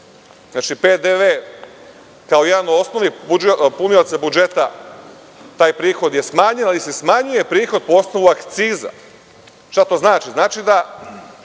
Znači, PDV kao osnovni punilac budžeta, taj prihod je smanjen, ali se smanjuje prihod po osnovu akciza. Šta to znači? Znači da